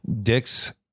dick's